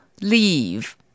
Leave